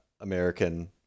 American